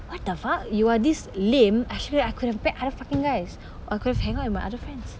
what the fuck you are this lame actually I could have met other fucking guys I could have hang out with my other friends